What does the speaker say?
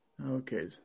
Okay